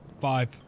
five